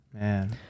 Man